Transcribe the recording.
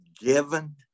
given